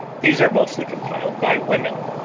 these are mostly compiled by women,